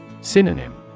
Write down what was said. Synonym